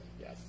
yes